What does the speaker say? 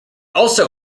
also